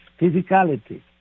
physicality